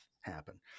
happen